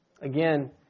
Again